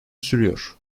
sürüyor